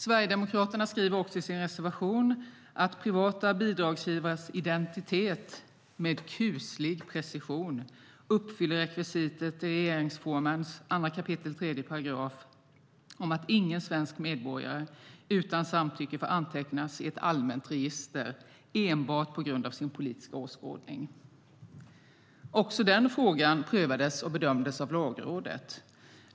Sverigedemokraterna skriver också i sin reservation att redovisningen av privata bidragsgivares identitet "med kuslig precision" uppfyller rekvisitet i regeringsformens 2 kap. 3 § om att ingen svensk medborgare utan samtycke får antecknas i ett allmänt register enbart på grund av sin politiska åskådning. Också den frågan prövades och bedömdes av Lagrådet.